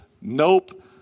nope